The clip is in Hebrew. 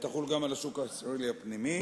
ותחול גם על השוק הישראלי הפנימי.